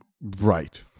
Right